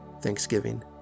Thanksgiving